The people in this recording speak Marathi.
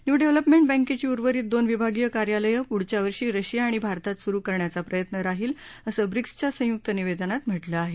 न्यू डेव्हलपर्मेंट बँकेची उर्वरित दोन विभागीय कार्यालयं पुढच्या वर्षी रशिया आणि भारतात सुरु करण्याचा प्रयत्न राहील असं ब्रिक्सच्या संयुक्त निवेदनात म्हटलं आहे